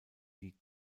die